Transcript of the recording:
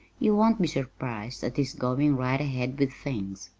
you won't be surprised at his going right ahead with things.